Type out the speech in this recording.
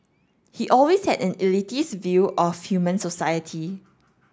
he always had an elitist view of human society